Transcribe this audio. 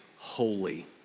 holy